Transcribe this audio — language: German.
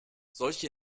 solche